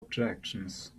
objections